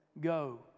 Go